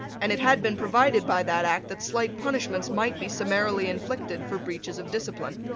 and it had been provided by that act that slight punishments might be summarily inflicted for breaches of discipline.